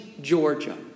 Georgia